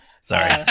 Sorry